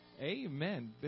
Amen